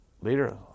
Leader